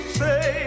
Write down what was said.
say